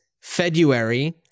February